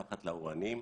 מתחת לאורנים,